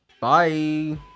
Bye